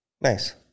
Nice